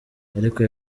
ariko